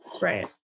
right